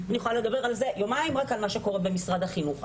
אני יכולה לדבר יומיים רק על מה שקורה במשרד החינוך.